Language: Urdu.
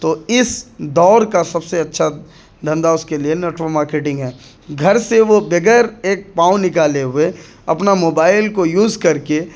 تو اس دور کا سب سے اچھا دھندا اس کے لیے نیٹورک مارکیٹنگ ہے گھر سے وہ بگیر ایک پاؤں نکالے ہوئے اپنا موبائل کو یوز کر کے